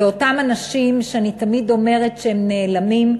לאותם אנשים שאני תמיד אומרת שהם נעלמים,